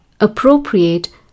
appropriate